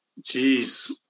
Jeez